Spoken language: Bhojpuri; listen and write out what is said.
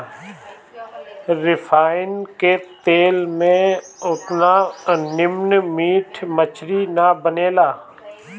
रिफाइन के तेल में ओतना निमन मीट मछरी ना बनेला